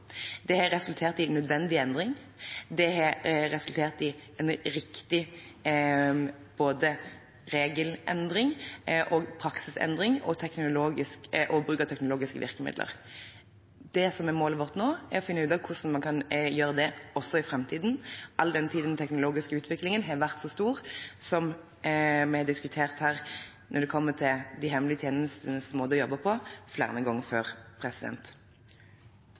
Det har resultert i nødvendig endring. Det har resultert i en riktig regelendring, en riktig praksisendring og en riktig bruk av teknologiske virkemidler. Det som er målet vårt nå, er å finne ut hvordan man kan gjøre det også i framtiden, all den tid den teknologiske utviklingen har vært så stor som vi har diskutert her flere ganger før, når det kommer til de hemmelige tjenestenes måte å jobbe på.